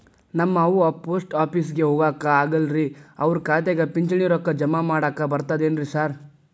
ನಮ್ ಅವ್ವ ಪೋಸ್ಟ್ ಆಫೇಸಿಗೆ ಹೋಗಾಕ ಆಗಲ್ರಿ ಅವ್ರ್ ಖಾತೆಗೆ ಪಿಂಚಣಿ ರೊಕ್ಕ ಜಮಾ ಮಾಡಾಕ ಬರ್ತಾದೇನ್ರಿ ಸಾರ್?